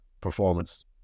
performance